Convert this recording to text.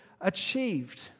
achieved